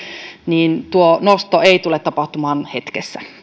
niin tuo nosto ei tule tapahtumaan hetkessä